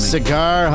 Cigar